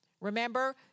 Remember